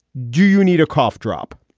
do you need a cough drop.